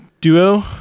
duo